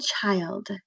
child